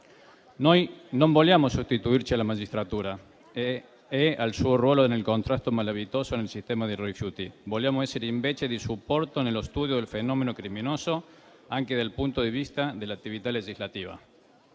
Noi non vogliamo sostituirci alla magistratura e al suo ruolo nel contrasto malavitoso nel sistema dei rifiuti. Vogliamo essere invece di supporto nello studio del fenomeno criminoso, anche dal punto di vista dell'attività legislativa.